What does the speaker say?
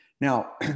Now